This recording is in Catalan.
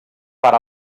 per